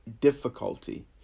difficulty